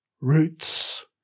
roots